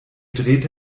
drehte